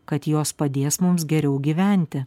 kad jos padės mums geriau gyventi